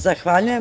Zahvaljujem.